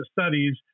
studies